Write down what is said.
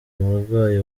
umurwayi